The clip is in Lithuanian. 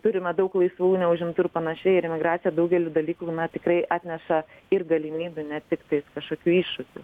turime daug laisvų neužimtų ir panašiai ir imigracija daugelį dalykų na tikrai atneša ir galimybių ne tiktais kažkokių iššūkių